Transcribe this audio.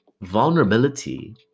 Vulnerability